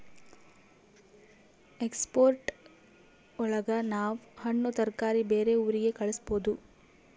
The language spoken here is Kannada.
ಎಕ್ಸ್ಪೋರ್ಟ್ ಒಳಗ ನಾವ್ ಹಣ್ಣು ತರಕಾರಿ ಬೇರೆ ಊರಿಗೆ ಕಳಸ್ಬೋದು